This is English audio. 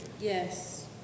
Yes